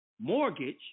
mortgage